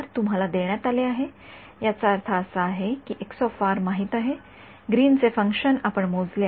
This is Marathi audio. तुम्हाला देण्यात आले आहे याचा अर्थ असा आहे की माहित आहे ग्रीनचे फंक्शन्आपण मोजले आहे